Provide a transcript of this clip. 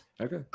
Okay